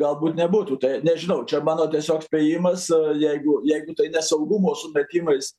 galbūt nebūtų tai nežinau čia mano tiesiog spėjimas jeigu jeigu tai ne saugumo sumetimais